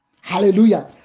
Hallelujah